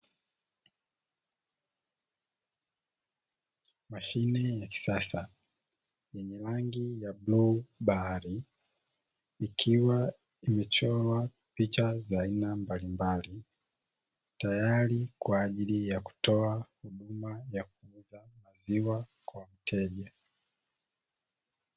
Mashine ya kisasa yenye rangi ya bluu bahari, ikiwa imechorwa picha za aina mbalimbali. Tayari kwa ajili ya kutoa huduma ya kuuza maziwa kwa wateja.